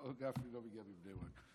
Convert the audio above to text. לא, גפני לא מגיע מבני ברק.